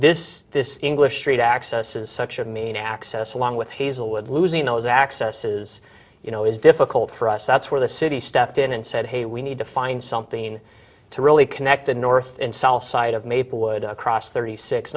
this this english street access is such a mean access along with hazelwood losing those accesses you know it's difficult for us that's where the city stepped in and said hey we need to find something to really connect the north and south side of maplewood across thirty six